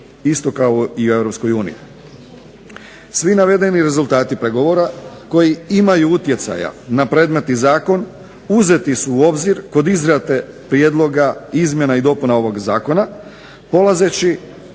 isto kao i u EU. Svi navedeni rezultati pregovora koji imaju utjecaja na predmetni zakon uzeti su u obzir kod izrade prijedloga izmjena i dopuna ovog zakona, polazeći